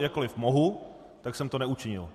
Jakkoliv mohu, tak jsem to neučinil.